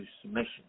submission